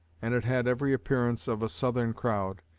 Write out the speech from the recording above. and it had every appearance of a southern crowd.